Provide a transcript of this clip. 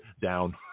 Down